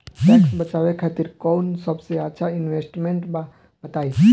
Tax बचावे खातिर कऊन सबसे अच्छा इन्वेस्टमेंट बा बताई?